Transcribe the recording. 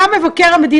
נזמין גם את מבקר המדינה,